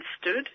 stood